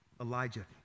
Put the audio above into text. Elijah